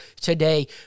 today